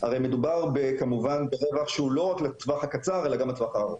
הרי מדובר כמובן בדבר שהוא לא רק לטווח הקצר אלא גם לטווח הארוך.